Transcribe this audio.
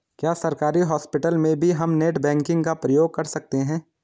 क्या सरकारी हॉस्पिटल में भी हम नेट बैंकिंग का प्रयोग कर सकते हैं?